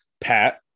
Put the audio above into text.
pat